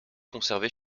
conservée